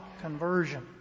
conversion